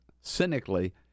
cynically